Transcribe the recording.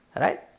Right